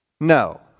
No